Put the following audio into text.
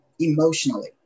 emotionally